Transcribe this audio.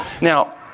Now